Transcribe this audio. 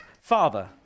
father